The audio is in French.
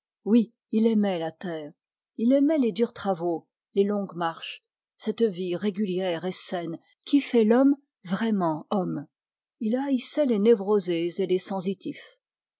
oui il aimait la terre il aimait les durs travaux les longues marches cette vie régulière et saine qui fait l'homme vraiment homme il haïssait les névrosés et les sensitifs